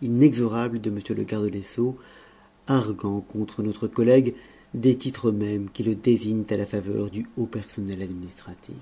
inexorable de m le garde des sceaux arguant contre notre collègue des titres mêmes qui le désignent à la faveur du haut personnel administratif